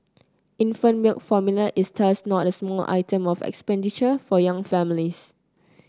infant milk formula is thus not a small item of expenditure for young families